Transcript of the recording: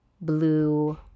Blue